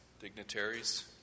dignitaries